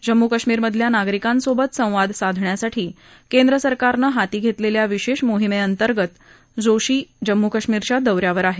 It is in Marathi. जम्मू कश्मीरमधल्या नागरिकांसोबत संवाद साधण्यासाठी केंद्र सरकारनं सुरु केलेल्या विशेष मोहिमेअंतर्गत जोशी जम्मू कश्मीरच्या दौऱ्यावर आहेत